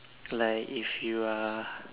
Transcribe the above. like if you are